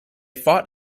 fought